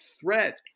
threat